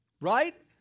Right